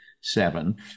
seven